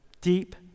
deep